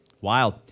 Wild